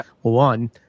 one